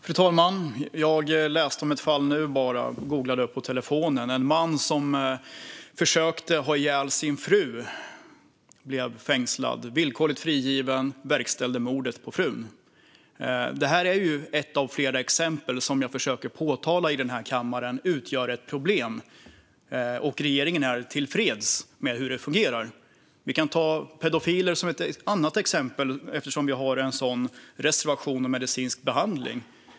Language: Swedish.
Fru talman! Jag googlade nyss på telefonen och läste om ett fall där en man blev fängslad efter att han hade försökt ha ihjäl sin fru. Så blev han villkorligt frigiven och verkställde då mordet på frun. Detta är ett av de många exempel som utgör problem. Men regeringen är tillfreds med hur det fungerar. Vi kan ta pedofiler som ett annat exempel - vi har ju en reservation om medicinsk behandling.